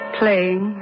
playing